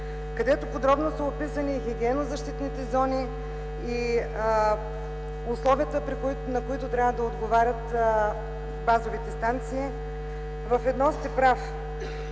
където подробно са описани и хигиенно-защитните зони и условия, на които трябва да отговарят базовите станции. В едно сте прав